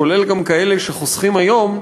כולל גם כאלה שחוסכים היום,